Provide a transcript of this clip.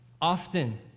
Often